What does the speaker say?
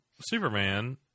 Superman